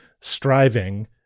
striving